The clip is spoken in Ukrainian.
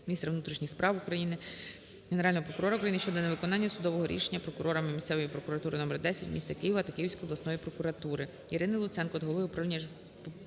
міністра внутрішніх справ України, Генерального прокурора України щодо невиконання судового рішення прокурорами місцевої прокуратури № 10 міста Києва та Київської обласної прокуратури.